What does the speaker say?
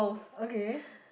okay